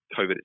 covid